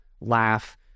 laugh